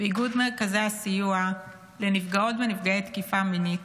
ואיגוד מרכזי הסיוע לנפגעות ונפגעי תקיפה מינית